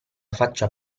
faccia